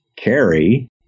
carry